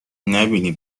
نبینی